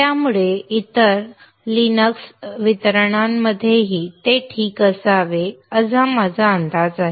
त्यामुळे इतर लिनक्स वितरणांमध्येही ते ठीक असावे असा माझा अंदाज आहे